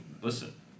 listen